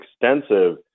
extensive